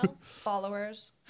followers